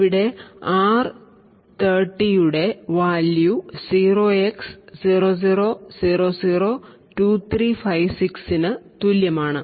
ഇവിടെ r30 യുടെ value 0x00002356 ന് തുല്യമാണ്